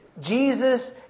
Jesus